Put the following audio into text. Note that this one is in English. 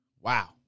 Wow